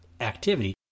activity